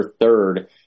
third